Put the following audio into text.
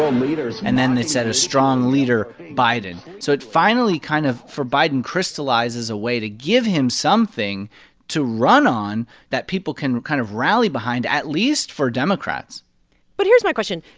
um leaders mocking. and then they said, a strong leader biden. so it finally kind of, for biden, crystallizes a way to give him something to run on that people can kind of rally behind, at least for democrats but here's my question.